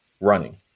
running